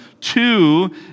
Two